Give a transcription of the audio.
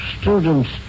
Students